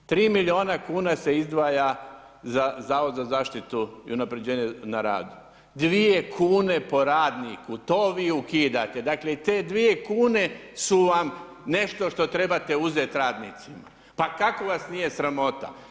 3 milijuna kuna se izdvaja za Zavod za zaštitu i unaprjeđenje na radu, 2 kune po radniku, to vi ukidate, dakle te 2 kune su vam nešto što trebate uzeti radnicima, pa kako vas nije sramota?